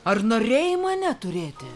ar norėjai mane turėti